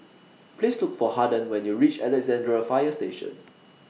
Please Look For Haden when YOU REACH Alexandra Fire Station